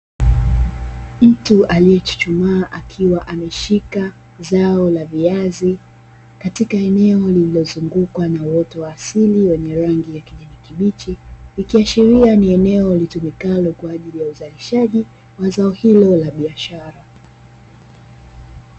Mtu aliyechuchumaa akiwa ameishika zao la viazi. Katika eneo lililozungukwa na uoto wa asili wenye rangi ya kijani kibichi. Ikiashiria ni eneo litumikalo kwa ajili ya uzalishaji wa zao hilo la biashara.